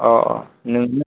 अ अ नोङो